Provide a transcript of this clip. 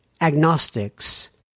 Agnostics